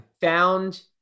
Found